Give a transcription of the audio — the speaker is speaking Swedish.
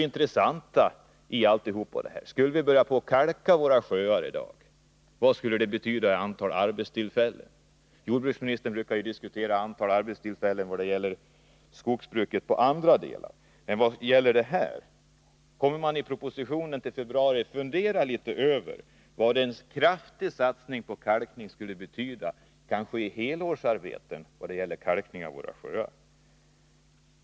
Intressant är också vad det skulle betyda när det gäller arbetstillfällen, om vi skulle börja kalka våra sjöar i dag. Jordbruksministern brukar ju diskutera antalet arbetstillfällen då det gäller andra delar av skogsbruket. Kommer man att med tanke på propositionen i februari fundera litet över vad en kraftig satsning på kalkning av våra sjöar skulle betyda, kanske räknat i helårsarbeten?